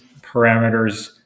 parameters